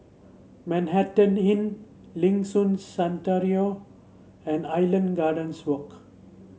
Manhattan Inn Liuxun and Island Gardens Walk